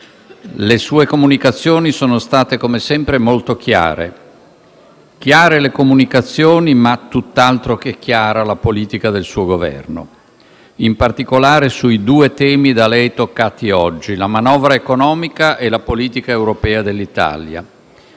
Le sue comunicazioni sono state, come sempre, molto chiare; chiare le comunicazioni, ma tutt'altro che chiara è la politica del suo Governo, in particolare sui due temi da lei toccati oggi: la manovra economica e la politica europea dell'Italia.